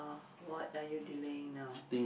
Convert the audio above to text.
what are you delaying now